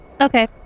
Okay